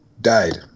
died